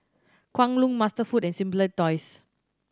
Kwan Loong MasterFood and Simply Toys